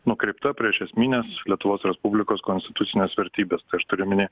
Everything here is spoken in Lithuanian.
nukreipta prieš esmines lietuvos respublikos konstitucines vertybes tai aš turiu omeny